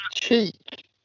cheek